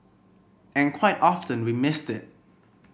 and quite often we missed it